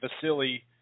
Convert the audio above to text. Vasily